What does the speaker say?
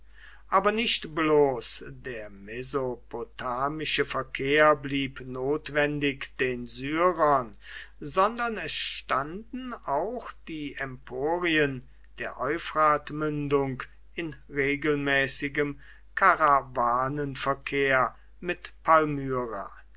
aber nicht bloß der mesopotamische verkehr blieb notwendig den syrern sondern es standen auch die emporien der euphratmündung in regelmäßigem karawanenverkehr mit